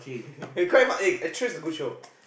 quite fun eh true is a good show